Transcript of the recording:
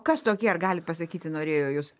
kas tokie ar galit pasakyti norėjo jus